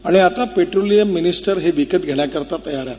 आणि आता petroleum minister हे विकत घेण्याकरिता तयार आहेत